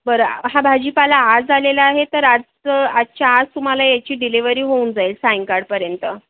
बरं हा भाजीपाला आज आलेला आहे तर आज आजच्या आज तुम्हाला याची डिलेवरी होऊन जाईल सायंकाळपर्यंत